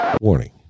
Warning